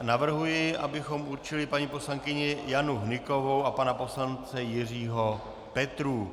Navrhuji, abychom určili paní poslankyni Janu Hnykovou a pana poslance Jiřího Petrů.